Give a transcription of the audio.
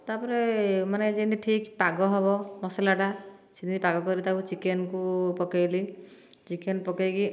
ତାପରେ ମାନେ ଯେମିତି ଠିକ ପାଗ ହେବ ମସଲା ଟା ସେମିତି ପାଗ କରିକି ତାକୁ ଚିକେନ କୁ ପକେଇଲି ଚିକେନ୍ ପକେଇକି